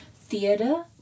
theatre